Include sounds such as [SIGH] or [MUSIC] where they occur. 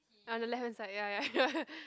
on the left hand side ya ya ya [LAUGHS]